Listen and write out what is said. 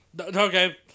Okay